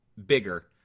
bigger